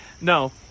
No